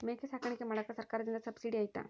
ಮೇಕೆ ಸಾಕಾಣಿಕೆ ಮಾಡಾಕ ಸರ್ಕಾರದಿಂದ ಸಬ್ಸಿಡಿ ಐತಾ?